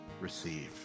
receive